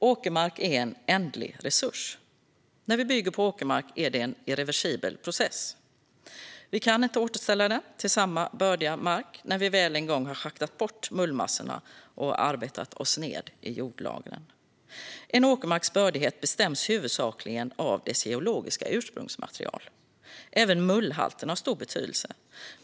Åkermark är en ändlig resurs. När vi bygger på åkermark är det en irreversibel process. Vi kan inte återställa den till samma bördiga mark när vi väl en gång har schaktat bort mullmassorna och arbetat oss ned i jordlagren. En åkermarks bördighet bestäms huvudsakligen av dess geologiska ursprungsmaterial. Även mullhalten har stor betydelse.